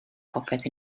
popeth